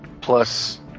plus